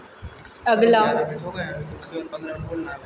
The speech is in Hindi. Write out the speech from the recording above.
अगला